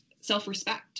self-respect